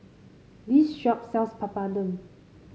this shop sells Papadum